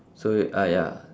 so ah ya